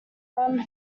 run